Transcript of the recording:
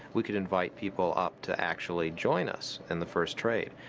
we could invite people up to actually join us in the first trade.